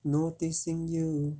noticing you